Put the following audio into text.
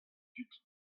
tud